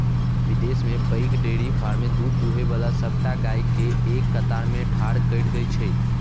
विदेश मे पैघ डेयरी फार्म मे दूध दुहै बला सबटा गाय कें एक कतार मे ठाढ़ कैर दै छै